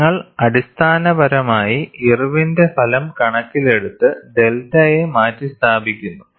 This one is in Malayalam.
നിങ്ങൾ അടിസ്ഥാനപരമായി ഇർവിന്റെ ഫലം കണക്കിലെടുത്ത് ഡെൽറ്റയെ മാറ്റിസ്ഥാപിക്കുന്നു